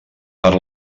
per